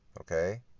okay